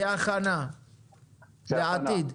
כהכנה לעתיד.